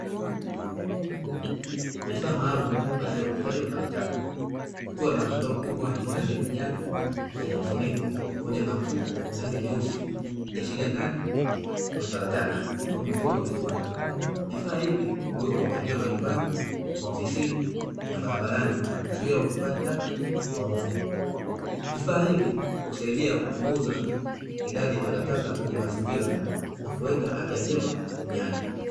Vifaa maalumu kwa ajili ya utunzaji wa takataka, kukiwa na ndoo kubwa yenye rangi ya kijani yenye mfuniko pamoja na mfuko wenye rangi nyeusi, ikiashiria ndani kuna takataka kwasababu umefungwa vizuri. Vifaa hivi huwekwa maeneo majumbani, maofisini na barabarani kuzuia utupajitaka wa ovyo. Vifaa hivi husaidia kupunguza idadi ya takataka kwenye mazingira na kuleta afya njema kwa watumiaji.